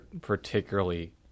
particularly